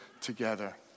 together